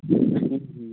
ಹ್ಞೂ